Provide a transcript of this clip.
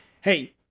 Hey